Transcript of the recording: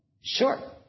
Sure